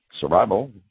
survival